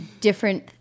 different